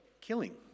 killing